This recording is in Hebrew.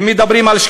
באמת,